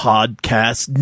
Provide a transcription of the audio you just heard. Podcast